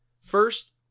First